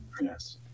yes